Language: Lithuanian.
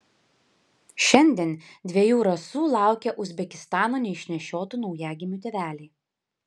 šiandien dviejų rasų laukia uzbekistano neišnešiotų naujagimių tėveliai